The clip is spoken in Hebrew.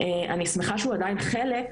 אני שמחה שהוא עדיין חלק,